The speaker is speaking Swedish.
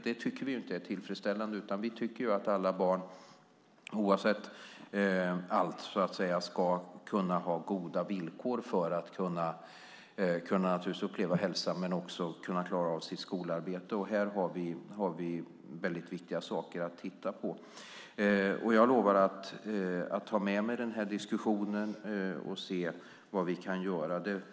Det tycker vi inte är tillfredsställande, utan vi tycker att alla barn, oavsett allt, ska ha goda villkor att kunna uppleva hälsa och klara av sitt skolarbete. Här har vi mycket viktiga saker att titta på. Jag lovar att ta med mig den här diskussionen och se vad vi kan göra.